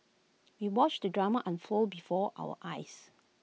we watched the drama unfold before our eyes